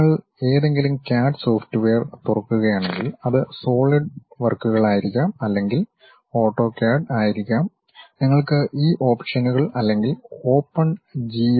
നിങ്ങൾ ഏതെങ്കിലും CAD software തുറക്കുകയാണെങ്കിൽ അത് സോളിഡ് വർക്കുകളായിരിക്കാം അല്ലെങ്കിൽ ഓട്ടോക്യാഡ് ആയിരിക്കാം നിങ്ങൾക്ക് ഈ ഓപ്ഷനുകൾ അല്ലെങ്കിൽ ഓപ്പൺ GL